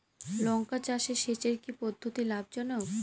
লঙ্কা চাষে সেচের কি পদ্ধতি লাভ জনক?